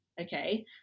Okay